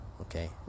okay